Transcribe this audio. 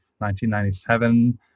1997